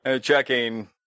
checking